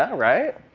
ah right?